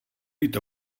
být